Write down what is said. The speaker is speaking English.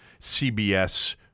CBS